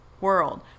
world